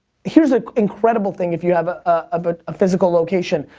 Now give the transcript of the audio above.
here's an incredible thing if you have a ah but physical location.